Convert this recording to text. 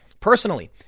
personally